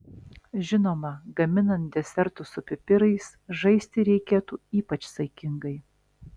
žinoma gaminant desertus su pipirais žaisti reikėtų ypač saikingai